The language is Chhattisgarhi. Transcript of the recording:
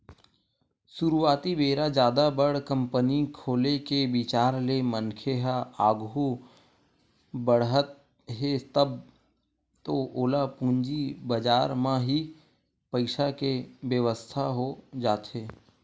सुरुवाती बेरा जादा बड़ कंपनी खोले के बिचार ले मनखे ह आघू बड़हत हे तब तो ओला पूंजी बजार म ही पइसा के बेवस्था हो जाथे